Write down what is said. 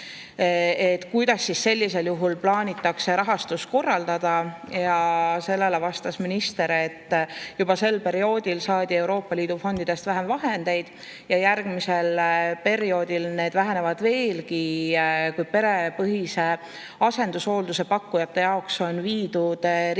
kuidas siis plaanitakse rahastust korraldada. Sellele vastas minister, et juba sel perioodil saadi Euroopa Liidu fondidest vähem vahendeid ja järgmisel perioodil need [summad] vähenevad veelgi. Perepõhise asendushoolduse pakkujate jaoks on riigieelarves